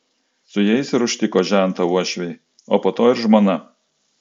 su jais ir užtiko žentą uošviai o po to ir žmona